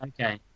Okay